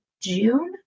June